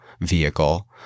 vehicle